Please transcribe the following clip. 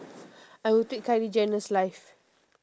I would take Kylie-Jenner's life